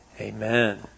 amen